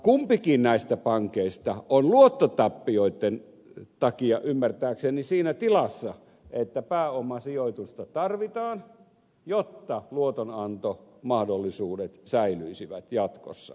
kumpikin näistä pankeista on luottotappioitten takia ymmärtääkseni siinä tilassa että pääomasijoitusta tarvitaan jotta luotonantomahdollisuudet säilyisivät jatkossa